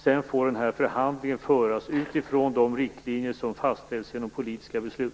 Sedan får förhandlingen föras utifrån de riktlinjer som fastställs genom politiska beslut.